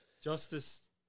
Justice